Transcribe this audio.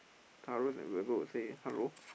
Taurus and Virgo will say hello